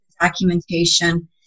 documentation